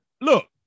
Look